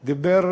הוא דיבר,